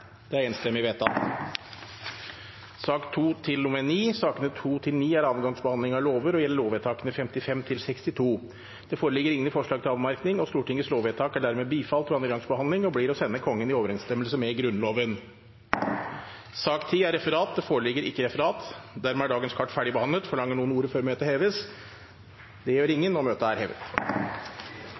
Det foreligger ingen forslag til anmerkning. Stortingets lovvedtak er dermed bifalt ved andre gangs behandling og blir å sende Kongen i overensstemmelse med Grunnloven. Det foreligger ikke noe referat. Forlanger noen ordet før møtet heves? – Så synes ikke, og møtet er hevet.